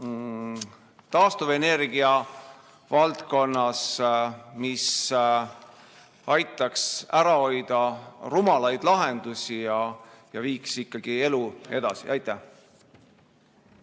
taastuvenergia valdkonnas, aitaks ära hoida rumalaid lahendusi ja viiks ikkagi elu edasi. Aitäh!